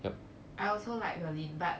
I also like berlin but